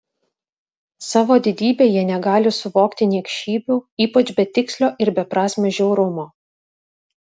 savo didybe jie negali suvokti niekšybių ypač betikslio ir beprasmio žiaurumo